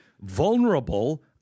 Vulnerable